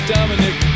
Dominic